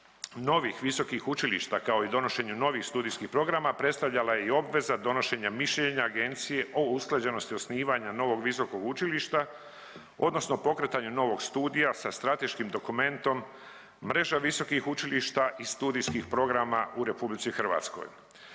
novih visokih učilišta, kao i donošenju novih studijskih programa predstavljala je i obveza donošenja mišljenja agencije o usklađenosti osnivanja novog visokog učilišta odnosno pokretanju novog studija sa strateškim dokumentom, mreža visokih učilišta i studijskih programa u RH. Kad je